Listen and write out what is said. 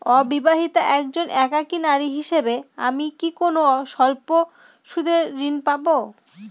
অবিবাহিতা একজন একাকী নারী হিসেবে আমি কি কোনো স্বল্প সুদের ঋণ পাব?